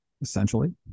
essentially